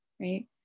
right